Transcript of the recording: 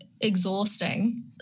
exhausting